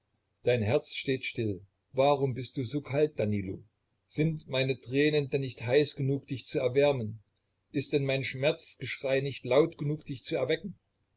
dein herz steht still warum bist du so kalt danilo sind meine tränen denn nicht heiß genug dich zu erwärmen ist denn mein schmerzgeschrei nicht laut genug dich zu erwecken